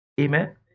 Amen